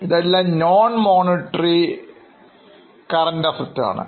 ഇതുമൊരു non monetary asset ആണ്